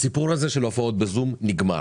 הסיפור של הופעות בזום נגמר.